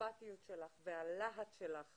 האכפתיות שלך והלהט שלך